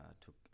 took